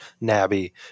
Nabby